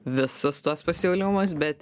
visus tuos pasiūlymus bet